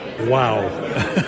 Wow